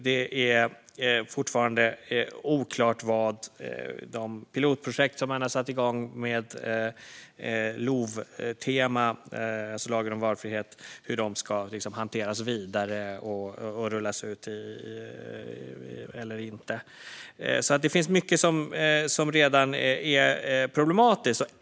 Det är fortfarande oklart hur de pilotprojekt som man har satt igång med LOV-tema, det vill säga lagen om valfrihet, ska hanteras vidare och rullas ut eller inte. Det finns mycket som redan är problematiskt.